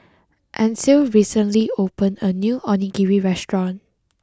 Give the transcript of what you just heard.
Ancil recently opened a new Onigiri restaurant